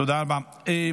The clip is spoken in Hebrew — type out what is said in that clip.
תודה רבה.